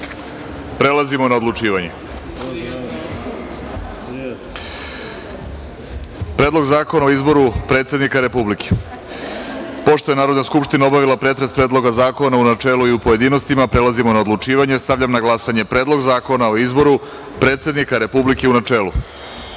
na odlučivanje. Predlog zakona o izboru predsednika Republike. Pošto je Narodna skupština obavila pretres Predloga zakona u načelu i u pojedinostima, prelazimo na odlučivanje. Stavljam na glasanje Predlog zakona o izboru predsednika Republike, u